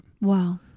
Wow